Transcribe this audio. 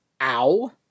Ow